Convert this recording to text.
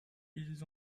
ils